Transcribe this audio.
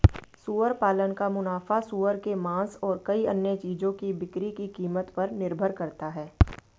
सुअर पालन का मुनाफा सूअर के मांस और कई अन्य चीजों की बिक्री की कीमत पर निर्भर करता है